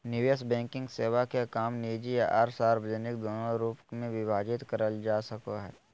निवेश बैंकिंग सेवा के काम निजी आर सार्वजनिक दोनों रूप मे विभाजित करल जा सको हय